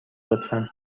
لطفا